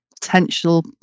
potential